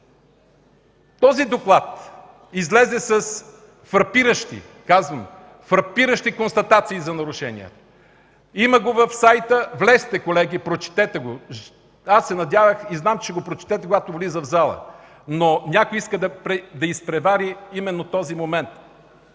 казвам – фрапиращи, констатации за нарушения. Има го в сайта. Влезте, колеги, прочетете го. Аз се надявах и знам, че ще го прочетете, когато влиза в залата, но някой иска да изпревари именно този момент.